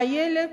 הילד